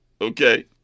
Okay